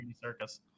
circus